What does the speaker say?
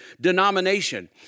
denomination